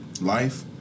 life